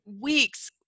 weeks